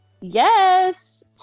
Yes